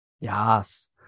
Yes